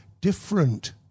different